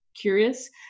curious